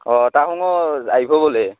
অঁ তাসমূহ আহিব বোলে